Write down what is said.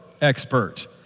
expert